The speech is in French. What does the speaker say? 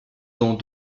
dans